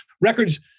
records